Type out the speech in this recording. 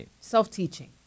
self-teaching